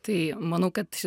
tai manau kad